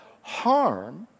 harm